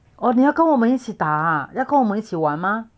哦你要跟我们一起打啊要跟我们一起玩吗